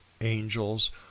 angels